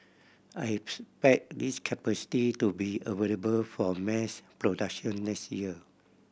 I expect this capacity to be available for mass production next year